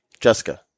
Jessica